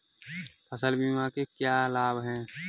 फसल बीमा के क्या लाभ हैं?